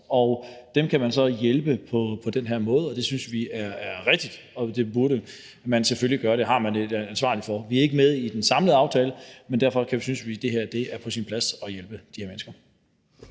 Dem kan man så hjælpe på den her måde, og det synes vi er rigtigt at gøre. Det bør man selvfølgelig gøre; det har man et ansvar for. Vi er ikke med i den samlede aftale, men vi synes, det er på sin plads at hjælpe de her mennesker.